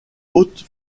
autres